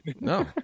No